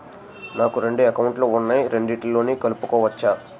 నాకు రెండు అకౌంట్ లు ఉన్నాయి రెండిటినీ కలుపుకోవచ్చా?